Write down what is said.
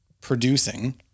producing